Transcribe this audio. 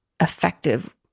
effective